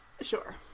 sure